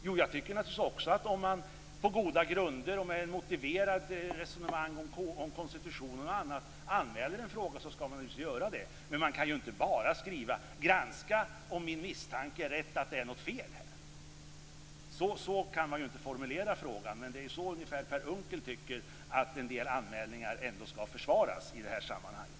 Jag tycker naturligtvis också att man på goda grunder och med ett motiverat resonemang om konstitutionen och annat skall anmäla en fråga. Men man kan inte bara skriva: Granska om min misstanke är rätt att det är något fel här! Så kan man inte formulera frågan, men det är ungefär det Per Unckel gör när han anser att en del anmälningar skall försvaras i det här sammanhanget.